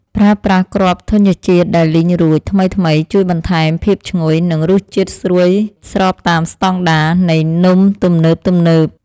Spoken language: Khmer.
ប្រើប្រាស់គ្រាប់ធញ្ញជាតិដែលលីងរួចថ្មីៗជួយបន្ថែមភាពឈ្ងុយ និងរសជាតិស្រួយស្របតាមស្តង់ដារនៃនំទំនើបៗ។